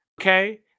Okay